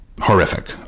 Horrific